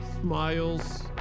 smiles